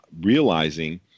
realizing